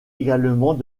également